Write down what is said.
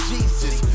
Jesus